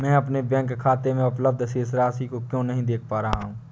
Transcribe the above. मैं अपने बैंक खाते में उपलब्ध शेष राशि क्यो नहीं देख पा रहा हूँ?